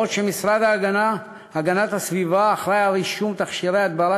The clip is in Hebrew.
המשרד להגנת הסביבה אחראי לרישום תכשירי הדברה